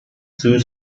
suyu